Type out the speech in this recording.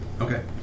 Okay